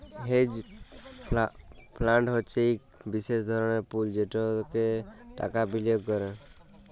hedge fund হছে ইক বিশেষ ধরলের পুল যেটতে টাকা বিলিয়গ ক্যরে